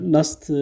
Last